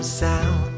sound